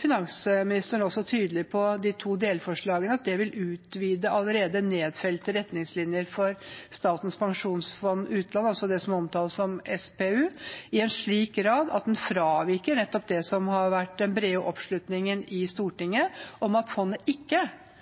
finansministeren tydelig på at de to delforslagene vil utvide allerede nedfelte retningslinjer for Statens pensjonsfond utland, SPU, i en slik grad at en fraviker nettopp den brede oppslutningen i Stortinget om at fondet ikke